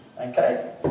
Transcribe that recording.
Okay